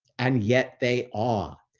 and yet they ah